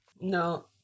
No